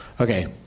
Okay